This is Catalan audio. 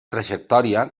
trajectòria